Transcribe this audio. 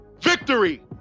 victory